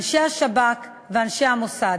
אנשי השב"כ ואנשי המוסד.